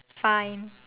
fine